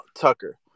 Tucker